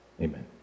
Amen